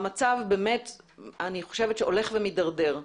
אני חושבת שהמצב הולך ומידרדר,